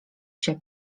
się